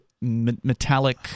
metallic